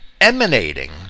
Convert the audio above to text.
emanating